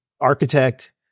architect